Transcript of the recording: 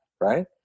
right